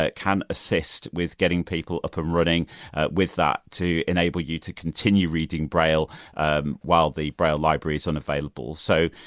can assist with getting people up and running with that to enable you to continue reading braille ah while the braille library is unavailable. so,